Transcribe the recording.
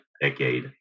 decade